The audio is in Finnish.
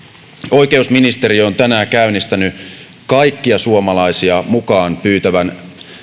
oikeusministeriö on tänään käynnistänyt kaikkia suomalaisia mukaan pyytävän